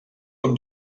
com